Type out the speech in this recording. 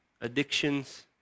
addictions